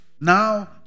Now